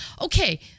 Okay